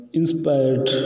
inspired